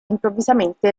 improvvisamente